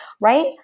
Right